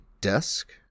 desk